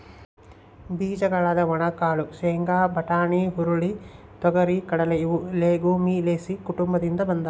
ಬೀಜಗಳಾದ ಒಣಕಾಳು ಶೇಂಗಾ, ಬಟಾಣಿ, ಹುರುಳಿ, ತೊಗರಿ,, ಕಡಲೆ ಇವು ಲೆಗುಮಿಲೇಸಿ ಕುಟುಂಬದಿಂದ ಬಂದಾವ